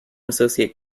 associate